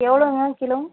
எவ்வளோங்க கிலோ